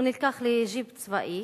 הוא נלקח לג'יפ צבאי,